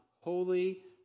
Holy